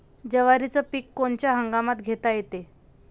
जवारीचं पीक कोनच्या हंगामात घेता येते?